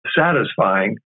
satisfying